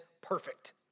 perfect